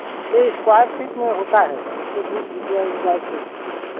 यह square feet में होता है एक सौ बीस रुपया स्क्वायर फीट